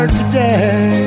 today